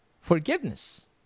forgiveness